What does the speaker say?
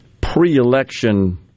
pre-election